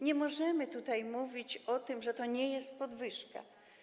Nie możemy mówić o tym, że to nie jest podwyżka.